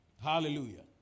Hallelujah